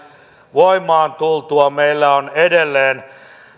voimaan tultua meillä on edelleen